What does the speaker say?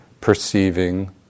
perceiving